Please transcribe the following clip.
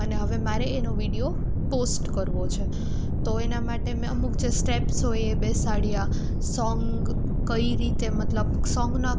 અને હવે મારે એનો વીડિયો પોસ્ટ કરવો છે તો એના માટે મેં અમુક જે સ્ટેપ્સ હોય એ બેસાડ્યા સોંગ કઈ રીતે મતલબ સોંગનો